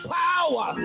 power